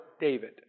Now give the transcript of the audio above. David